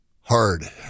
Hard